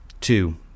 Two